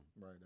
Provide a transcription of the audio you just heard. Right